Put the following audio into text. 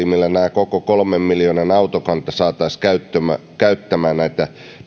koko kolmen miljoonan autokanta saataisiin käyttämään käyttämään näitä